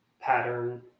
pattern